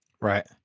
Right